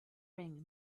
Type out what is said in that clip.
ring